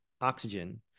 Oxygen